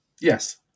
Yes